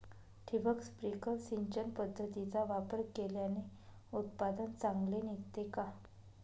ठिबक, स्प्रिंकल सिंचन पद्धतीचा वापर केल्याने उत्पादन चांगले निघते का?